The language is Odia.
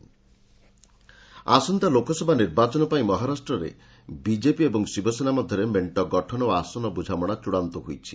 ବିଜେପି ସେନା ଆଲିଆନ୍ସ ଆସନ୍ତା ଲୋକସଭା ନିର୍ବାଚନ ପାଇଁ ମହାରାଷ୍ଟରେ ବିଜେପି ଏବଂ ଶିବସେନା ମଧ୍ୟରେ ମେଣ୍ଟ ଗଠନ ଓ ଆସନ ବୁଝାମଣା ଚୁଡ଼ାନ୍ତ ହୋଇଛି